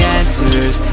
answers